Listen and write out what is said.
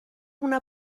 una